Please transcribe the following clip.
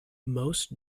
most